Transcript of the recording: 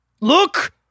Look